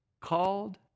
called